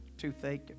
Toothache